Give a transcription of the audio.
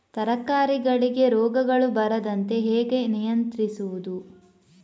ತರಕಾರಿಗಳಿಗೆ ರೋಗಗಳು ಬರದಂತೆ ಹೇಗೆ ನಿಯಂತ್ರಿಸುವುದು?